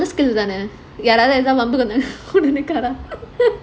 skill தானே:thanae